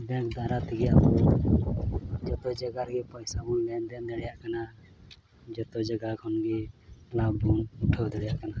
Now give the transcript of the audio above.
ᱫᱟᱨᱟᱭ ᱛᱮᱜᱮ ᱟᱵᱚ ᱡᱚᱛᱚ ᱡᱟᱭᱜᱟ ᱨᱮᱜᱮ ᱯᱚᱭᱥᱟ ᱵᱚᱱ ᱞᱮᱱᱫᱮᱱ ᱫᱟᱲᱮᱭᱟᱜ ᱠᱟᱱᱟ ᱡᱚᱛᱚ ᱡᱟᱭᱜᱟ ᱠᱷᱚᱱ ᱜᱮ ᱞᱟᱵᱷ ᱵᱚᱱ ᱩᱴᱷᱟᱹᱣ ᱫᱟᱲᱮᱭᱟᱜ ᱠᱟᱱᱟ